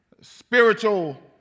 spiritual